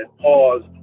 paused